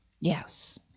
yes